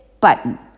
button